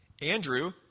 Andrew